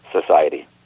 society